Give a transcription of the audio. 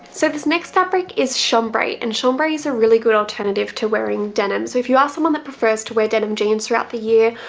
so this next fabric is chambray and chambray is a really good alternative to wearing denim. so if you are someone that prefers to wear denim jeans throughout the year,